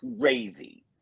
crazy